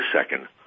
second